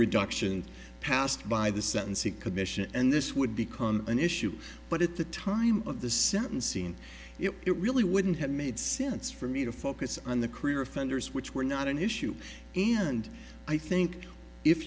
reduction passed by the sentencing commission and this would become an issue but at the time of the sentencing it really wouldn't have made sense for me to focus on the career offenders which were not an issue and i think if